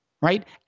Right